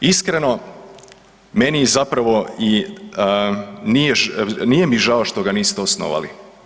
Iskreno, meni zapravo i nije, nije mi žao što ga niste osnovali.